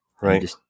Right